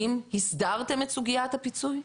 האם הסדרתם את סוגיית הפיצוי?